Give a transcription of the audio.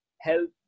help